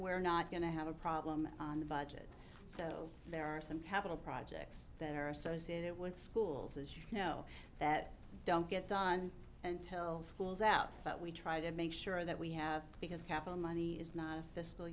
we're not going to have a problem on the budget so there are some capital projects that are associated with schools as you know that don't get done and tell schools out but we try to make sure that we have because capital money is not